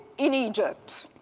in egypt.